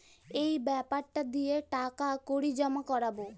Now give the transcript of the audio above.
এই বেপারটা দিয়ে টাকা কড়ি জমা করাবো